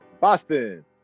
Boston